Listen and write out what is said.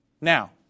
Now